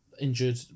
injured